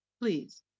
please